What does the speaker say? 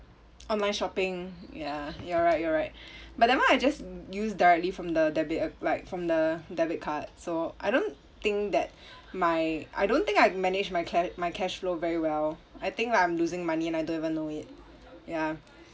online shopping ya you're right you're right but that one I just u~ use directly from the debit a~ like from the debit card so I don't think that my I don't think I manage my cash flow very well I think like I'm losing money now I don't even know it ya